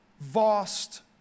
vast